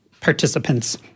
participants